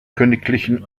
königlichen